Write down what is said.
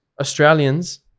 Australians